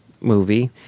movie